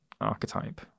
archetype